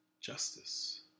justice